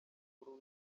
mukuru